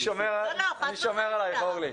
אני שומר עלייך, אורלי.